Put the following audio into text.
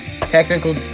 Technical